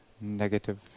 Negative